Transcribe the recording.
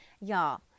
y'all